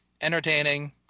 entertaining